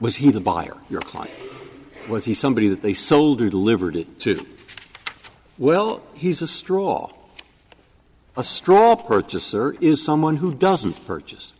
was he the buyer your client was he somebody that they sold or delivered to well he's a straw a straw purchaser is someone who doesn't purchase